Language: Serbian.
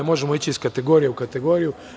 Možemo ići iz kategoriju u kategoriju.